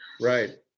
Right